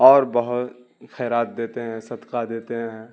اور بہت خیرات دیتے ہیں صدقہ دیتے ہیں